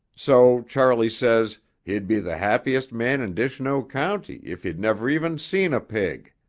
so charley says he'd be the happiest man in dishnoe county if he'd never even seen a pig.